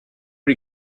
are